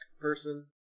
person